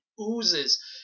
oozes